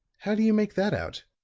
how do you make that out?